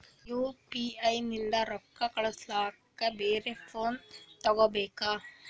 UPI ನಿಂದ ರೊಕ್ಕ ಕಳಸ್ಲಕ ಬ್ಯಾರೆ ಫೋನ ತೋಗೊಬೇಕ?